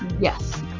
Yes